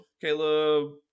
Caleb